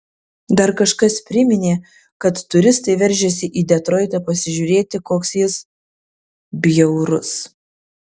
dar kažkas priminė kad turistai veržiasi į detroitą pasižiūrėti koks jis bjaurus